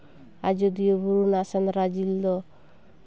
ᱟᱡᱳᱫᱤᱭᱟᱹ ᱵᱩᱨᱩ ᱨᱮᱱᱟᱜ ᱥᱮᱸᱫᱽᱨᱟ ᱡᱤᱞ ᱫᱚ